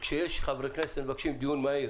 כשחברי כנסת מבקשים דיון מהיר